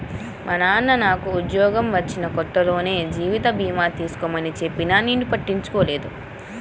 మా నాన్న నాకు ఉద్యోగం వచ్చిన కొత్తలోనే జీవిత భీమా చేసుకోమని చెప్పినా నేను పట్టించుకోలేదు